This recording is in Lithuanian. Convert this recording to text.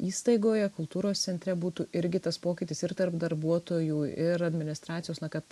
įstaigoje kultūros centre būtų irgi tas pokytis ir tarp darbuotojų ir administracijos na kad